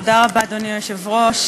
תודה רבה, אדוני היושב-ראש.